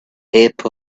heap